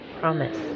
Promise